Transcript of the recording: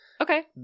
Okay